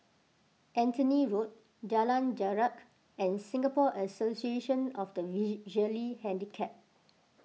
Anthony Road Jalan Jarak and Singapore Association of the Visually Handicapped